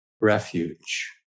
refuge